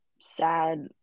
sad